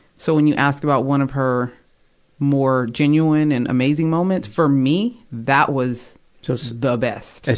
so, when you ask about one of her more genuine and amazing moments, for me, that was so so the best. it's,